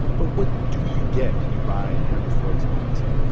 but what do you get when you buy henry ford's model t?